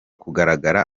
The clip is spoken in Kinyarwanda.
kugaragara